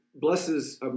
Blesses